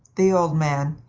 the old man,